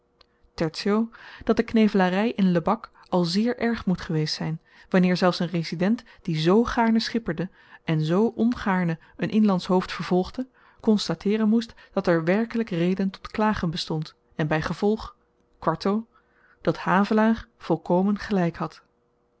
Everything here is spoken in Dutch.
dat de knevelarij in lebak al zeer erg moet geweest zijn wanneer zelfs een resident die zoo gaarne schipperde en zoo ongaarne een inlandsch hoofd vervolgde constateeren moest dat er werkelijk reden tot klagen bestond en bij gevolg quarto dat havelaar volkomen gelijk had